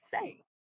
say